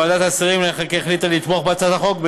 ועדת השרים לענייני חקיקה החליטה לתמוך בהצעת החוק,